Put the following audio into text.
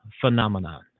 phenomenon